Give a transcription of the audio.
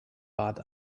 bat